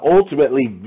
ultimately